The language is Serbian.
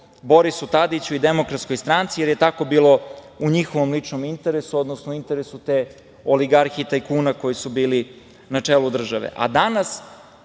Borisu Tadiću i Demokratskoj stranci, jer je tako bilo i njihovom ličnom interesu, odnosno interesu te oligarhije tajkuna koji su bili na čelu države. Danas